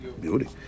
Beauty